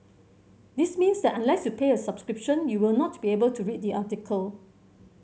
this means that unless you pay a subscription you will not be able to read the article